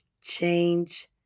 change